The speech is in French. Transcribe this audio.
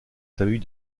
famille